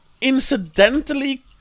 incidentally